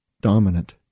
dominant